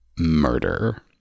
Murder